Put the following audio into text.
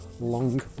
long